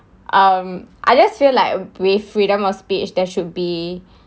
um I just feel like with freedom of speech there should be